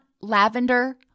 lavender